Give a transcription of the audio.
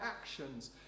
actions